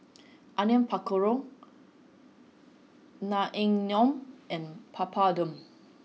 Onion Pakora Naengmyeon and Papadum